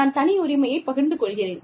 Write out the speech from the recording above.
நான் தனியுரிமையைப் பகிர்ந்து கொள்கிறேன்